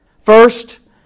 First